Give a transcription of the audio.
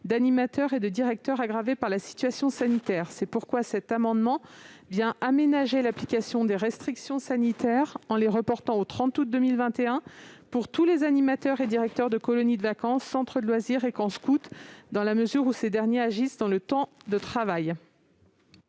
d'animateurs et de directeurs, encore aggravée par la situation sanitaire. C'est pourquoi nous avons déposé cet amendement, qui vise à aménager l'application des restrictions sanitaires, en les reportant au 30 août 2021 pour tous les animateurs et directeurs de colonies de vacances, centres de loisirs et camps scouts, dans la mesure où ces derniers agissent sur le temps de travail.